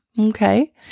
Okay